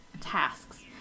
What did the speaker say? tasks